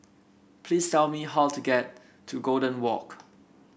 please tell me how to get to Golden Walk